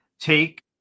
take